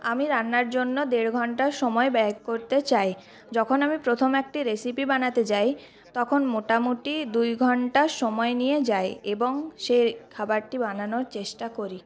আমি রান্নার জন্য দেড় ঘন্টা সময় ব্যয় করতে চাই যখন আমি প্রথম একটি রেসিপি বানাতে যাই তখন মোটামুটি দুই ঘন্টা সময় নিয়ে যাই এবং সে খাবারটি বানানোর চেষ্টা করি